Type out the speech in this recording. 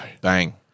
Bang